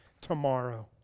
Tomorrow